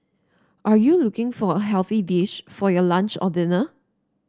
are you looking for a healthy dish for your lunch or dinner